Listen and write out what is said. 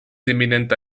eminenta